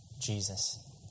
Jesus